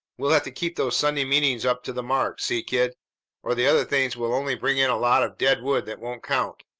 we'll have to keep those sunday meetings up to the mark see, kid or the other things will only bring in a lot of dead-wood that won't count.